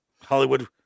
Hollywood